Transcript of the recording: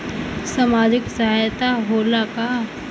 सामाजिक सहायता होला का?